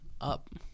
up